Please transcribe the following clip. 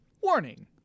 Warning